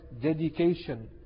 dedication